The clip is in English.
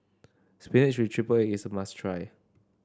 spinach with triple egg is a must try